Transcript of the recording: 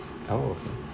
oh okay